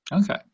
okay